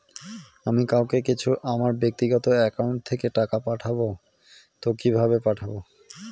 আমি কাউকে কিছু আমার ব্যাক্তিগত একাউন্ট থেকে টাকা পাঠাবো তো কিভাবে পাঠাবো?